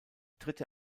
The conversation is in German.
tritt